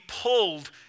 pulled